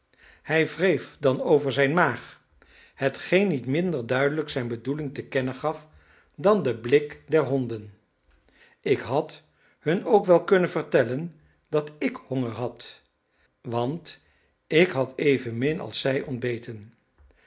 hij wreef dan over zijn maag hetgeen niet minder duidelijk zijn bedoeling te kennen gaf dan de blik der honden ik had hun ook wel kunnen vertellen dat ik honger had want ik had evenmin als zij ontbeten